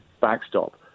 backstop